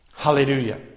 Hallelujah